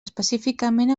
específicament